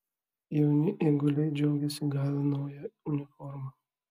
jauni eiguliai džiaugiasi gavę naują uniformą